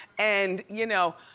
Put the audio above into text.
and you know,